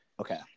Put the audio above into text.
Okay